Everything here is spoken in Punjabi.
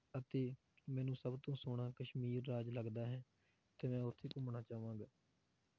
ਅਤੇ ਮੈਨੂੰ ਸਭ ਤੋਂ ਸੋਹਣਾ ਕਸ਼ਮੀਰ ਰਾਜ ਲੱਗਦਾ ਹੈ ਅਤੇ ਮੈਂ ਉੱਥੇ ਘੁੰਮਣਾ ਚਾਹਵਾਂਗਾ